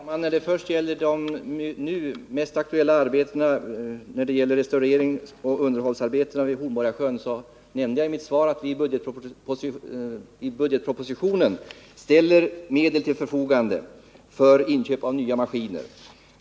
Herr talman! När det först gäller de nu mest aktuella insatserna, restaureringsoch underhållsarbetena, nämnde jag i mitt svar att vi i budgetpropositionen ställer medel till förfogande för inköp av nya maskiner.